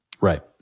right